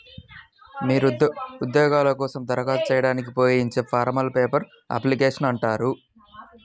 మీరు ఉద్యోగాల కోసం దరఖాస్తు చేయడానికి ఉపయోగించే ఫారమ్లను పేపర్ అప్లికేషన్లు అంటారు